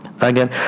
again